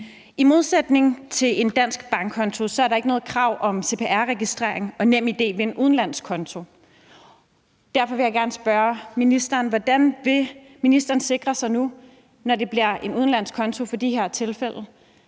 I modsætning til en dansk bankkonto er der ikke noget krav om CPR-registrering og NemID ved en udenlandsk konto. Derfor vil jeg gerne spørge ministeren: Hvordan vil ministeren sikre sig nu, når folk i visse tilfælde